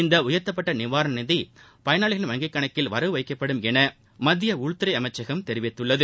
இந்த உயர்த்தப்பட்ட நிவாரண நிதி பயனாளிகளின் வங்கிக்கணக்கில் வரவு வைக்கப்படும் என மத்திய உள்துறை அமைச்சகம் தெரிவித்துள்ளது